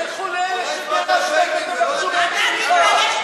תלכו לאלה שגירשתם ותבקשו מהם סליחה.